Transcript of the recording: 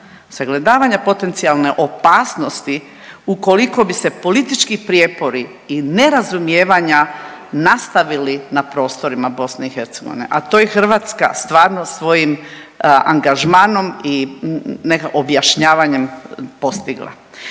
sagledavanja potencijalne opasnosti ukoliko bi se politički prijepori i nerazumijevanja nastavili na prostorima BiH, a to je Hrvatska stvarno svojim angažmanom i objašnjavanjem postigla.